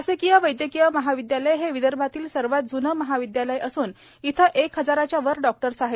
शासकीय वैद्यकीय महाविद्यालय हे विदर्भातील सर्वात ज्ने महाविद्यालय असून येथे एक हजारच्या वर डॉक्टर आहेत